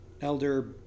Elder